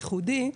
ייחודי,